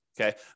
Okay